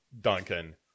Duncan